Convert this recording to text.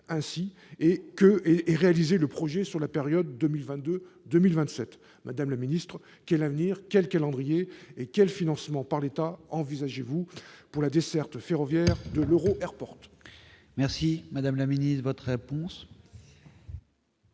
et de réaliser le projet sur la période 2022-2027. Madame la ministre, quel avenir, quel calendrier et quel financement par l'État envisagez-vous pour la desserte ferroviaire de l'EuroAirport ? La parole est à Mme la ministre. Effectivement,